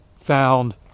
found